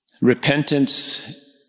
Repentance